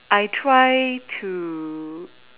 I try to